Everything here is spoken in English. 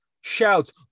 shouts